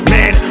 Man